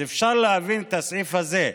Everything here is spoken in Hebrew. אז אפשר להבין את הסעיף הזה,